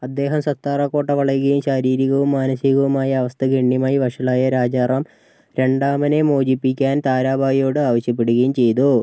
അദ്ദേഹം സത്താറ കോട്ട വളയുകയും ശാരീരികവും മാനസികവുമായ അവസ്ഥ ഗണ്യമായി വഷളായ രാജാറാം രണ്ടാമനെ മോചിപ്പിക്കാൻ താരാഭായിയോട് ആവശ്യപ്പെടുകയും ചെയ്തു